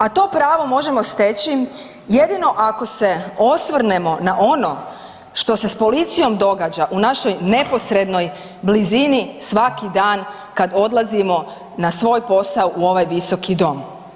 A to pravo možemo steći jedino ako se osvrnemo na ono što se s policijom događa u našoj neposrednoj blizini svaki dan kad odlazimo na svoj posao u ovaj visoki dom.